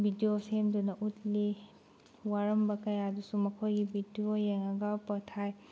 video ꯁꯦꯝꯗꯨꯅ ꯎꯠꯂꯤ ꯋꯥꯔꯝꯕ ꯀꯌꯥꯗꯨꯁꯨ ꯃꯈꯣꯏꯒꯤ ꯕꯤꯗꯤꯑꯣ ꯌꯦꯡꯉꯒ ꯄꯣꯊꯥꯏ